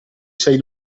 sei